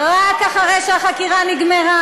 רק אחרי שהחקירה נגמרה,